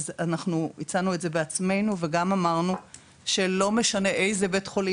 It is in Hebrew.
אז אנחנו הצענו את זה בעצמנו וגם אמרנו שלא משנה איזה בית חולים,